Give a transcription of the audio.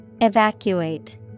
Evacuate